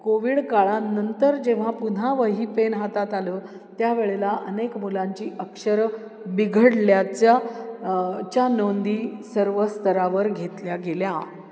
Covid काळानंतर जेव्हा पुन्हा वही पेन हातात आलं त्यावेळेला अनेक मुलांची अक्षरं बिघडल्याच्या च्या नोंदी सर्व स्तरावर घेतल्या गेल्या